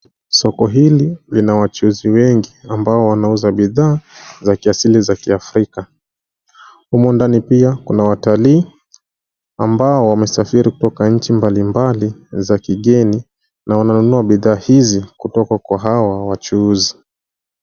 Soko hili lina wachuuzi wengi ambao wanauza bidhaa za kiasili za kiafrika. Humo ndani pia kuna watalii ambao wamesafiri kutoka nchi mbalimbali za kigeni na wananunua bidhaa hizi kutoka kwa hawa wachuuzi.